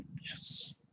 yes